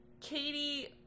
Katie